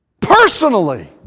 personally